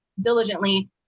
diligently